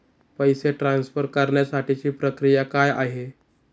पैसे ट्रान्सफर करण्यासाठीची प्रक्रिया काय आहे?